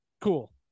Cool